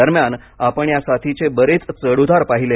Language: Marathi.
दरम्यान आपण या साथीचे बरेच चढउतार पाहिले